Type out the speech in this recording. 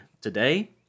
today